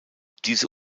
diese